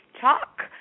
talk